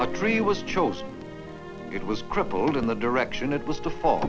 a tree was chosen it was crippled in the direction it was to fall